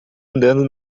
andando